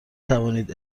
توانید